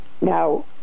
Now